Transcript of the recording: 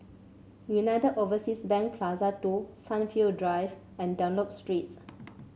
United Overseas Bank Plaza Two Sunview Drive and Dunlop Street